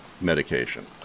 medication